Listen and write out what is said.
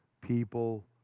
people